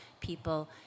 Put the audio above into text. people